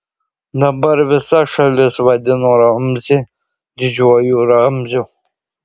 dabar visa šalis vadino ramzį didžiuoju ramziu